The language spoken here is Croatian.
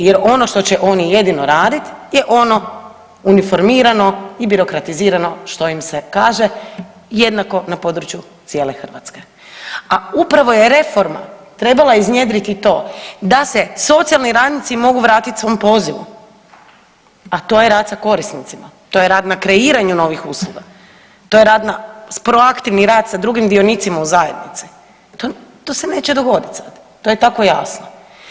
Jer ono što će oni jedino radit je ono uniformiramo i birokratizirano što im se kaže, jednako na području cijele Hrvatske, a upravo je reforma trebala iznjedriti to da se socijalni radnici mogu vratiti svom pozivu, a to je rad sa korisnicima, to je rad na kreiranju novih usluga, to je rad na, s proaktivni rad sa drugim dionicima u zajednici, to se neće dogoditi sada, to je tako jasno.